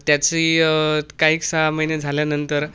त्याची काही सहा महिने झाल्यानंतर